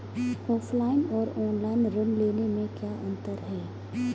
Offline और online ऋण लेने में क्या अंतर है?